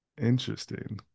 Interesting